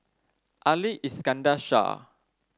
Ali Iskandar Shah